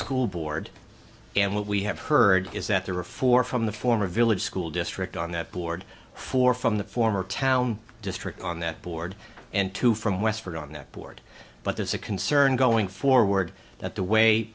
school board and what we have heard is that there were four from the former village school district on that board four from the former town district on that board and two from westford on that board but there's a concern going forward that the way